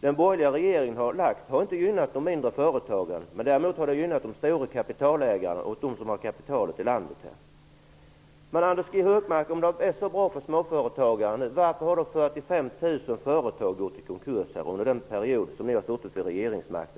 den borgerliga regeringen har lagt fram har inte gynnat en enda småföretagare. Däremot har de gynnat de stora kapitalägarna. Om det är så bra för småföretagarna, Anders G Högmark, varför har 45 000 företag gått i konkurs under den period ni har suttit vid regeringsmakten?